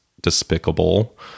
despicable